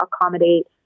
accommodate